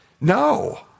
No